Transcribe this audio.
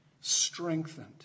strengthened